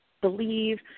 believe